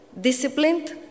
disciplined